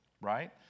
right